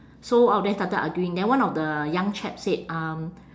so all of them started arguing then one of the young chap said um